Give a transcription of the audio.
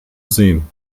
sehen